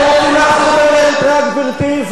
שיחזרו לאריתריאה.